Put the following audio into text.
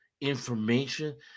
information